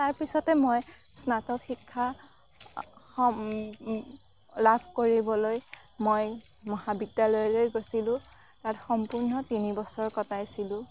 তাৰপিছতে মই স্নাতক শিক্ষা লাভ কৰিবলৈ মই মহাবিদ্যালয়লৈ গৈছিলোঁ তাত সম্পূৰ্ণ তিনিবছৰ কটাইছিলোঁ